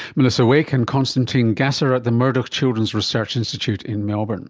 melissa wake and constantine gasser at the murdoch children's research institute in melbourne